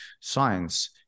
science